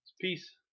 Peace